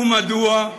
ומדוע?